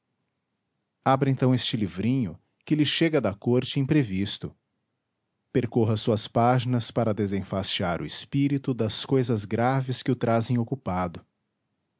abra então este livrinho que lhe chega da corte imprevisto percorra suas páginas para desenfastiar o espírito das cousas graves que o trazem ocupado